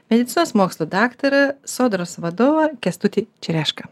medicinos mokslų daktarą sodros vadovą kęstutį čerešką